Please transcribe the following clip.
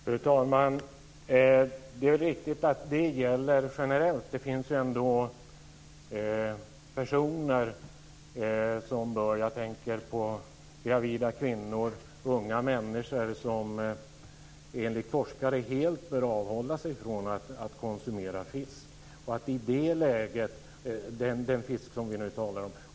Fru talman! Det är riktigt att regeln gäller generellt. Det finns dock personer som enligt forskare helt bör avhålla sig från att konsumera den fisk som vi nu talar om. Jag tänker på gravida kvinnor och på unga människor.